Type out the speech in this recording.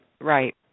Right